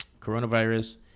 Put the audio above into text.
coronavirus